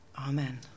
Amen